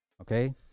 Okay